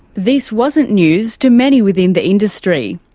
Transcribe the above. this wasn't news to many within the industry.